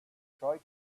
try